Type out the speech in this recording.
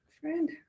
friend